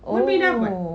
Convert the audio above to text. oh